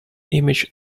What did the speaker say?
image